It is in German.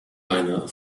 einer